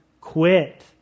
quit